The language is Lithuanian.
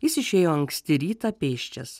jis išėjo anksti rytą pėsčias